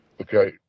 Okay